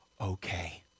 okay